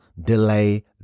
delay